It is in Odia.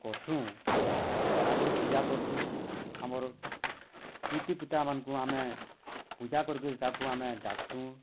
କର୍ସୁଁ ତା'ର୍ ଆଗରୁ ପୂଜା କର୍ସୁଁ ଆମର ପ୍ରୀତି ପିତାମାନଙ୍କୁ ଆମେ ପୂଜା କରି କିରି ତାକୁ ଆମେ ଡ଼ାକ୍ସୁଁ